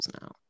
now